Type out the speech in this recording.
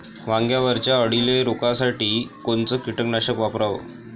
वांग्यावरच्या अळीले रोकासाठी कोनतं कीटकनाशक वापराव?